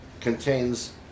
contains